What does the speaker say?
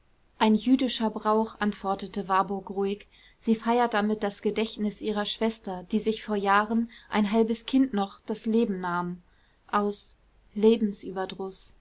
ein jüdischer brauch antwortete warburg ruhig sie feiert damit das gedächtnis ihrer schwester die sich vor jahren ein halbes kind noch das leben nahm aus